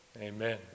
Amen